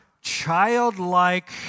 childlike